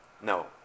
no